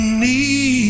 need